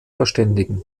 verständigen